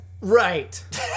right